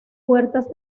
puertas